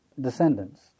descendants